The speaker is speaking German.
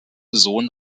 sohn